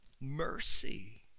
mercy